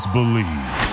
Believe